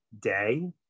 day